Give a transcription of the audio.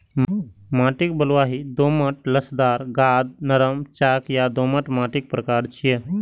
माटि बलुआही, दोमट, लसदार, गाद, नरम, चाक आ दोमट माटिक प्रकार छियै